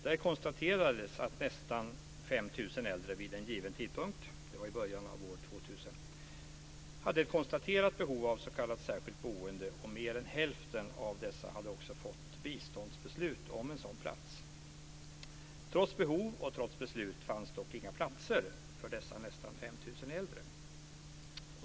Där konstaterades att nästan 5 000 äldre vid en given tidpunkt - det var i början av år 2000 - hade ett konstaterat behov av s.k. särskilt boende, och mer än hälften av dessa hade också fått biståndsbeslut om en sådan plats. Trots behov och trots beslut fanns det dock inga platser för dessa nästan 5 000 äldre.